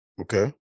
Okay